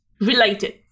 Related